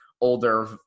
older